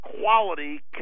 quality